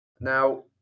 Now